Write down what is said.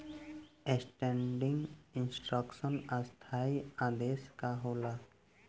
Standing instruction स्थाई आदेश का होला?